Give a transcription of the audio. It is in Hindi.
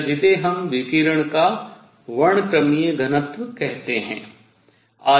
या जिसे हम विकिरण का वर्णक्रमीय घनत्व कहते हैं